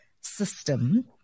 system